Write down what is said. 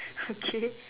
okay